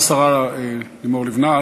תודה לשרה לימור לבנת.